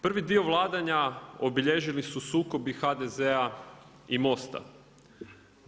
Prvi dio vladanja obilježili su sukobi HDZ-a i MOST-a.